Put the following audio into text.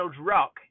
Rock